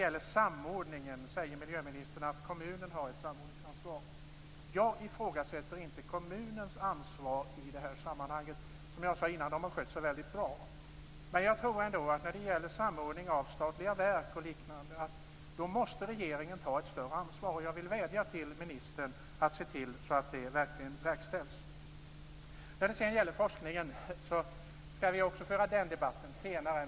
Miljöministern säger att kommunen har ett samordningsansvar. Jag ifrågasätter inte kommunens ansvar i det här sammanhanget. Som jag sade innan har man skött sig mycket bra. Men när det gäller samordning av statliga verk och liknande tror jag ändå att regeringen måste ta ett större ansvar. Jag vill vädja till ministern att se till att det verkligen verkställs. Även debatten om forskningen skall vi föra senare.